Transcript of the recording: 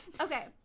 Okay